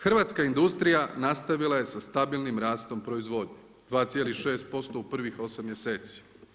Hrvatska industrija nastavila je sa stabilnim rastom proizvodnje, 2,6% u prvih 8 mjeseci.